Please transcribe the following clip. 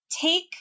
Take